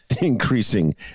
increasing